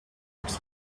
its